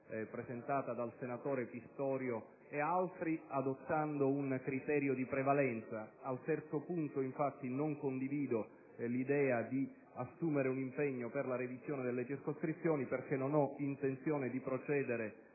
presentata dal senatore Pistorio e altri, adottando un criterio di prevalenza: al terzo punto di tale proposta, infatti, non condivido l'idea di assumere un impegno per la revisione delle circoscrizioni, perché non ho intenzione di procedere